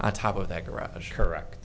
on top of that garage correct